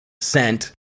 sent